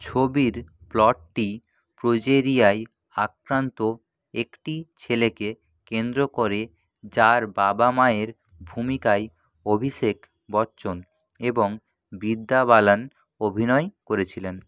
ছবির প্লটটি প্রোজেরিয়ায় আক্রান্ত একটি ছেলেকে কেন্দ্র করে যার বাবা মায়ের ভূমিকায় অভিষেক বচ্চন এবং বিদ্যা বালান অভিনয় করেছিলেন